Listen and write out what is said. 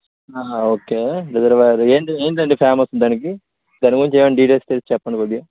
okay reservoir ఏంటి ఏంటండీ famous దానికి దాని గురించి ఏమన్నా డీటెయిల్స్ తెలిస్తే చెప్పండి కొద్దిగా